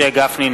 (קורא בשמות חברי הכנסת) משה גפני,